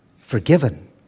forgiven